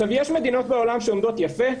יש מדינות בעולם שעומדות יפה,